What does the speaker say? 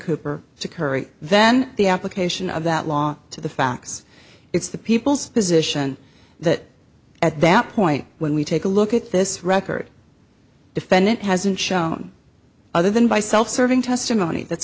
cooper to curry then the application of that law to the facts it's the people's position that at that point when we take a look at this record defendant has been shown other than by self serving testimony that's